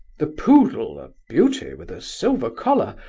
the poodle, a beauty with a silver collar,